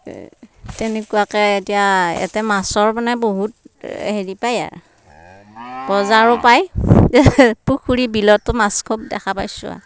তেনেকুৱাকে এতিয়া ইয়াতে মাছৰ মানে বহুত হেৰি পায় আৰু বজাৰো পায় পুখুৰীবিলতো মাছ খুব দেখা পাইছোঁ আৰু